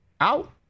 Out